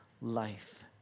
life